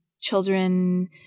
children